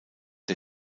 der